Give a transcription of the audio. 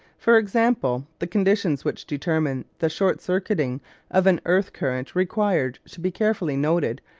for example, the conditions which determine the short-circuiting of an earth-current require to be carefully noted,